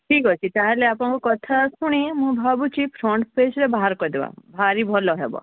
ଠିକ୍ ଅଛି ତା'ହେଲେ ଆପଣଙ୍କ କଥା ଶୁଣି ମୁଁ ଭାବୁଛିି ଫ୍ରଣ୍ଟ ପେଜ୍ରେ ବାହାର କରିଦବା ଭାରି ଭଲ ହେବ